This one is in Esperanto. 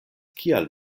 kial